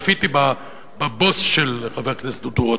צפיתי בבוס של חבר הכנסת דודו רותם,